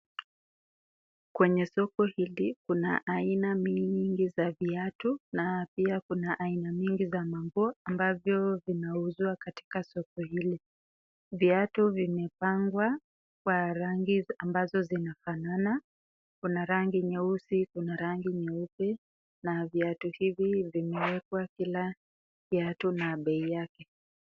Kwenye soko hili kuna aina nyingi za viatu na pia kuna aina nyingi za manguo ambayo yanauzwa katika soko hili. Viatu vimepangwa kwa rangi ambazo zinafanana. Kuna rangi nyeusi, kuna rangi nyeupe na viatu hivi vimewekwa kila kiatu na bei yake.